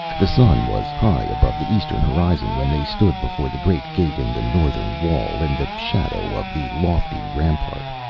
the sun was high above the eastern horizon when they stood before the great gate in the northern wall, in the shadow of the lofty rampart.